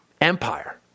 empire